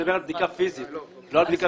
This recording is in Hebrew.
אני מדבר על בדיקה פיזית ולא ויזואלית.